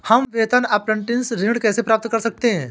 हम वेतन अपरेंटिस ऋण कैसे प्राप्त कर सकते हैं?